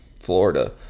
Florida